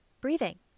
breathing